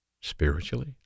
spiritually